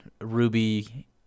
Ruby –